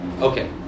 okay